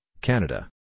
Canada